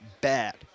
bad